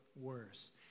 worse